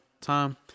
time